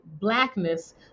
blackness